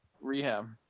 rehab